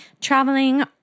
traveling